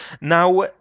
Now